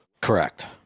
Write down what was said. Correct